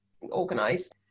organized